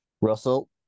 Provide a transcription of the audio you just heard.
Russell